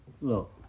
look